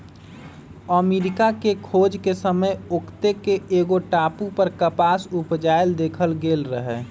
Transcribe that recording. अमरिका के खोज के समय ओत्ते के एगो टापू पर कपास उपजायल देखल गेल रहै